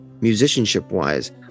musicianship-wise